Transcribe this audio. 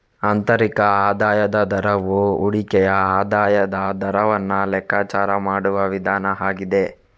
ಆಂತರಿಕ ಆದಾಯದ ದರವು ಹೂಡಿಕೆಯ ಆದಾಯದ ದರವನ್ನ ಲೆಕ್ಕಾಚಾರ ಮಾಡುವ ವಿಧಾನ ಆಗಿದೆ